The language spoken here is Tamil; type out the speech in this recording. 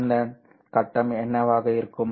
இதன் கட்டம் என்னவாக இருக்கும்